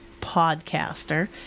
podcaster